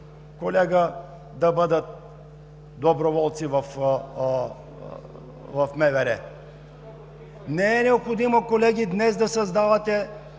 колега, да бъдат доброволци в МВР. Не е необходимо, колеги, днес да създавате